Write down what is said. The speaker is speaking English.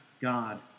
God